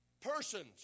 persons